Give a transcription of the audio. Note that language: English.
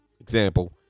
example